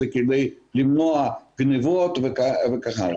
זה כדי למנוע גניבות וכך הלאה.